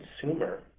consumer